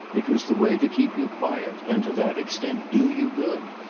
it was the way to keep you quiet and, to that extent, do you good.